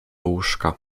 łóżka